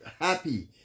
happy